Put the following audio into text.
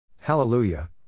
Hallelujah